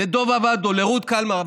לדב עבדו או לרות קלמר.